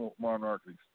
monarchies